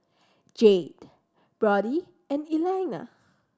Jade Brody and Elaina